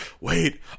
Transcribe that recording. Wait